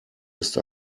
ist